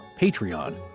Patreon